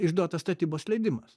išduotas statybos leidimas